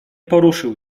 poruszył